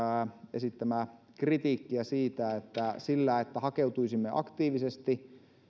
esittämää kritiikkiä siitä että sillä että hakeutuisimme aktiivisesti